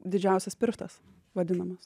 didžiausias pirštas vadinamas